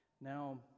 Now